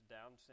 Down